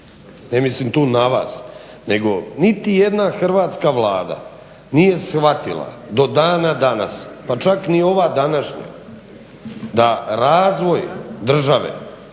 Ne mislim tu na vas, nego niti jedna hrvatska vlada nije shvatila do dana danas pa čak ni ova današnja da razvoj države,